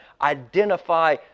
identify